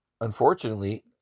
unfortunately